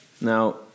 Now